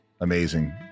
amazing